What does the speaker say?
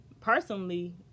personally